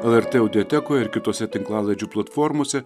lrt audiotekoje ir kitose tinklalaidžių platformose